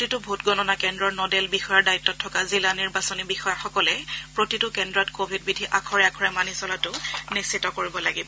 প্ৰতিটো ভোট গণনা কেন্দ্ৰৰ ন'ডেল বিষয়াৰ দায়িত্বত থকা জিলা নিৰ্বাচনী বিষয়াসকলে প্ৰতিটো কেন্দ্ৰত কোৱিড বিধি আখৰে আখৰে মানি চলাটো নিশ্চিত কৰিব লাগিব